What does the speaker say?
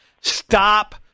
Stop